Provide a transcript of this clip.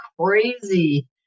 crazy